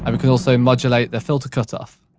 um can also modulate the filter cutoff.